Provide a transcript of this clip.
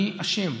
מי אשם,